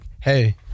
hey